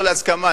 לא להסכמה,